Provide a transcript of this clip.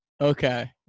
Okay